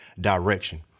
direction